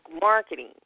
marketing